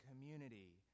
community